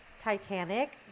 Titanic